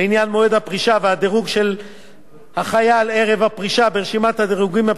החייל ערב הפרישה ברשימת הדירוגים הבסיסית הן: תוספת שחיקה,